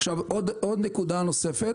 נקודה נוספת